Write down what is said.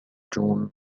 جون